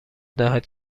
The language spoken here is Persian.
دهد